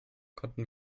konnten